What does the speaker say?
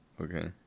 Okay